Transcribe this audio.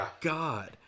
god